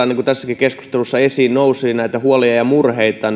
niin kuin tässäkin keskustelussa esiin nousi näitä huolia ja murheita